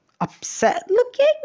upset-looking